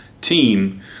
team